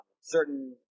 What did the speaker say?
certain